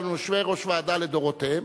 היו לנו יושבי-ראש ועדה לדורותיהם.